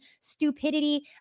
stupidity